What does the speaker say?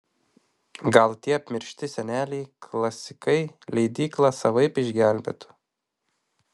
gal tie apmiršti seneliai klasikai leidyklą savaip išgelbėtų